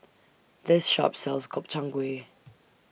This Shop sells Gobchang Gui